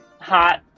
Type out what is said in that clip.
Hot